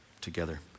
together